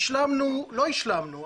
לא השלמנו,